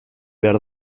behar